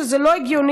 שזה לא הגיוני.